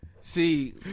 See